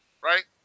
Right